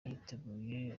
yiteguye